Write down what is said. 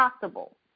possible